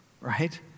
Right